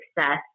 success